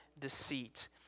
deceit